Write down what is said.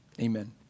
Amen